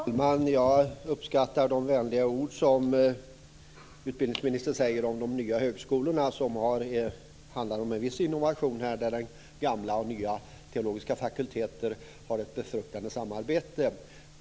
Fru talman! Jag uppskattar de vänliga orden från utbildningsministern om de nya högskolorna. Det handlar om en viss innovation där gamla och nya teologiska fakulteter har ett befruktande samarbete.